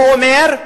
הוא אומר: